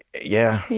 yeah